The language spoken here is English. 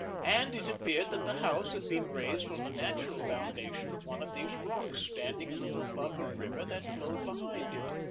and it appeared that the house had been raised on the natural foundation of one of these rocks standing a little above the river that flowed behind it.